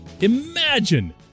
Imagine